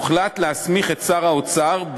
הוחלט להסמיך את שר האוצר,